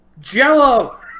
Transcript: jello